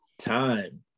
Time